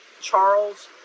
Charles